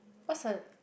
what's her